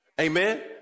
Amen